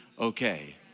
okay